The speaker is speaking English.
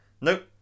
Nope